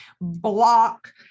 block